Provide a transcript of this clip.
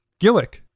Gillick